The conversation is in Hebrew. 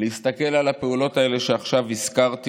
להסתכל על הפעולות האלה שעכשיו הזכרתי,